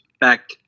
back